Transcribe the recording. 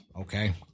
Okay